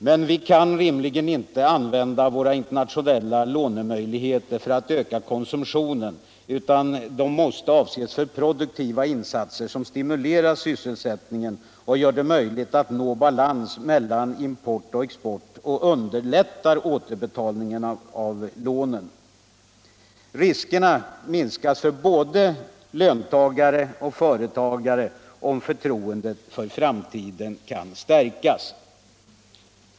Mcen vi kan inte rimligen använda våra internationella lånemöjligheter för att öka konsumtionen, utan de måste avses för produktiva insatser som stimulerar sysselsättningen och gör det möjligt att nå balans mellan import och export samt underlättar återbetalningen av lånen. Riskerna minskas för både löntagare och företagare om förtroendet för framtiden kan stärkas.